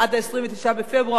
עד ה-29 בפברואר,